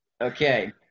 okay